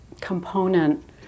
component